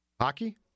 Hockey